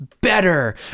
Better